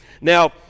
Now